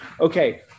okay